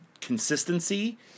consistency